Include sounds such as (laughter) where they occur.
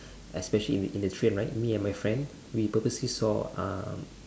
(breath) especially in in the train right me and my friend we purposely saw um